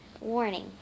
Warning